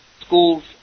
schools